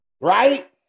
right